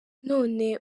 none